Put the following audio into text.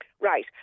Right